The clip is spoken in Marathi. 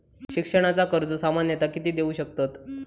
शिक्षणाचा कर्ज सामन्यता किती देऊ शकतत?